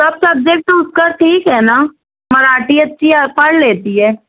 سب subject اُس کا ٹھیک ہے نا مراٹھی اچھی ہے پڑھ لیتی ہے